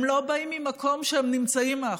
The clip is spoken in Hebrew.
הם לא באים ממקום שהם נמצאים מאחור.